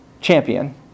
champion